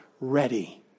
ready